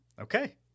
Okay